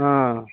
ఆ